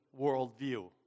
worldview